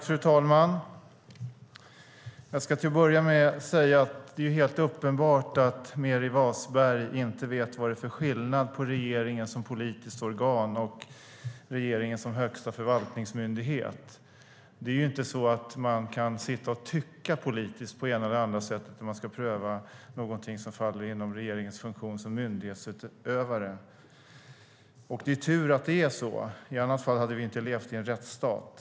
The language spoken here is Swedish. Fru talman! Jag ska börja med att säga att det är helt uppenbart att Meeri Wasberg inte vet vad det är för skillnad mellan regeringen som politiskt organ och regeringen som högsta förvaltningsmyndighet. Regeringen kan inte sitta och tycka politiskt på det ena eller andra sättet om den ska pröva någonting som faller inom dess funktion som myndighetsutövare. Det är tur att det är så. I annat fall hade vi inte levt i en rättsstat.